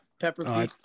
pepper